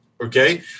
Okay